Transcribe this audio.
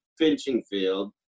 Finchingfield